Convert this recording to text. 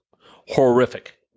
horrific